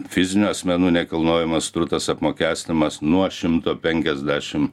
fizinių asmenų nekilnojamas turtas apmokestinamas nuo šimto penkiasdešim